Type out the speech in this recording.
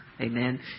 amen